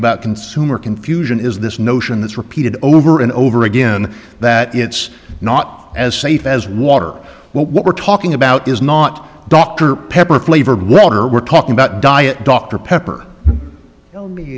about consumer confusion is this notion that's repeated over and over again that it's not as safe as water what we're talking about is not dr pepper flavored water we're talking about diet dr pepper